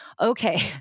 Okay